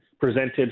presented